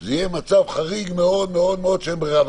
זה יהיה מצב חריג מאוד מאוד מאוד שאין ברירה.